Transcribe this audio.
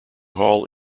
hall